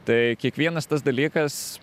tai kiekvienas tas dalykas